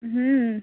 হুম